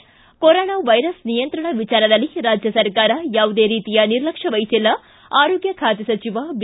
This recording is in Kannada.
ಿ ಕೊರೋನಾ ವೈರಸ್ ನಿಯಂತ್ರಣ ವಿಚಾರದಲ್ಲಿ ರಾಜ್ಯ ಸರ್ಕಾರ ಯಾವುದೇ ರೀತಿಯ ನಿರ್ಲಕ್ಷ್ಯ ವಹಿಸಿಲ್ಲ ಆರೋಗ್ಯ ಖಾತೆ ಸಚಿವ ಬಿ